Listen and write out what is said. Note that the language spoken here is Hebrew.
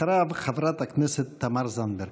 אחריו, חברת הכנסת תמר זנדברג.